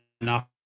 enough